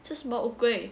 吃什么乌龟